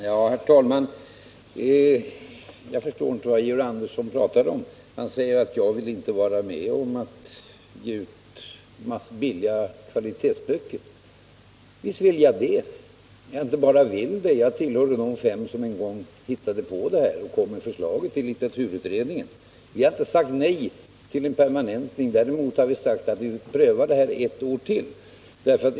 Herr talman! Jag förstår inte vad Georg Andersson pratar om. Han säger att jag inte vill vara med om att ge ut billiga kvalitetsböcker. Visst vill jag det! Jag inte bara vill det, utan jag tillhör de fem som en gång hittade på detta och kom med förslaget i litteraturutredningens betänkande. Vi har inte sagt nej till en permanentning. Däremot har vi sagt att vi vill pröva detta ett år till.